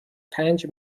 پنج